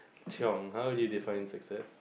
how would you define success